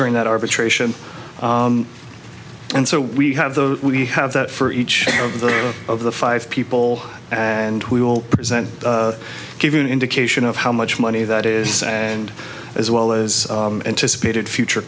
during that arbitration and so we have the we have that for each of the five people and we will present give you an indication of how much money that is and as well as anticipated future